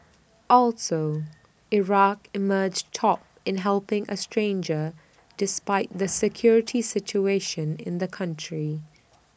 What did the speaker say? also Iraq emerged top in helping A stranger despite the security situation in the country